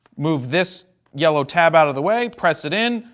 move this yellow tab out of the way. press it in.